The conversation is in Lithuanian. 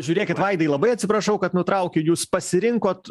žiūrėkit vaidai labai atsiprašau kad nutraukiu jūs pasirinkot